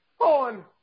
on